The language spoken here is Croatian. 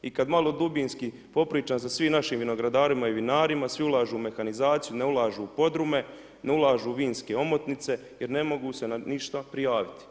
I kad malo dubinski popričam sa svim našim vinogradarima i vinarima, svi ulažu u mehanizaciju, ne ulažu u podrume, ne ulažu u vinske omotnice jer ne mogu se na ništa prijaviti.